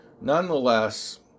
Nonetheless